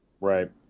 Right